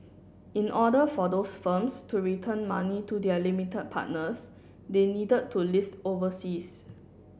in order for those firms to return money to their limited partners they needed to list overseas